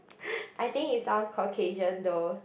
I think he sounds Caucasian though